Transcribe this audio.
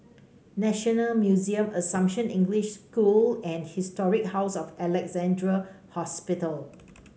National Museum Assumption English School and Historic House of Alexandra Hospital